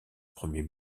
premier